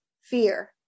fear